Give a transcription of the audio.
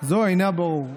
זו אינו ברור.